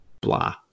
blah